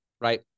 Right